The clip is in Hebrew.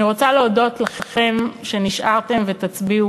ואני רוצה להודות לכם שנשארתם, ותצביעו,